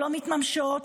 שלא מתממשים,